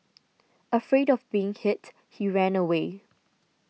afraid of being hit he ran away